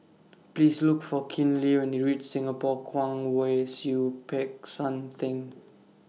Please Look For Kinley when YOU REACH Singapore Kwong Wai Siew Peck San Theng